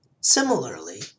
Similarly